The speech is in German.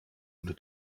unter